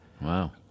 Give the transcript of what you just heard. Wow